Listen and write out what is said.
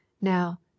Now